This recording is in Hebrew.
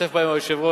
שהשתתף בהם היושב-ראש,